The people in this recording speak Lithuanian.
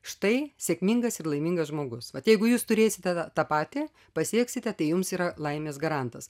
štai sėkmingas ir laimingas žmogus vat jeigu jūs turėsite tą patį pasieksite tai jums yra laimės garantas